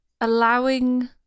allowing